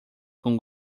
com